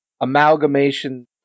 amalgamation